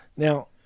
Now